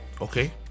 okay